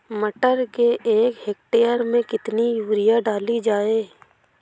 मटर के एक हेक्टेयर में कितनी यूरिया डाली जाए?